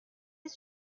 his